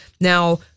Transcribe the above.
Now